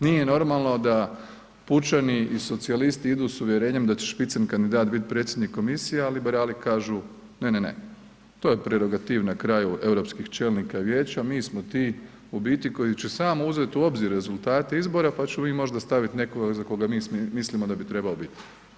Nije normalno da pučani i socijalisti idu s uvjerenjem da će spitzenkandidat biti predsjednik komisije, a liberali kažu ne, ne, ne, to je prerogativ na kraju europskih čelnika vijeća, mi smo ti u biti koji će samo uzeti u obzir rezultate izbora pa ćemo mi možda staviti nekoga za koga mi mislimo da bi trebao biti.